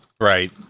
right